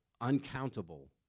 uncountable